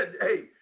hey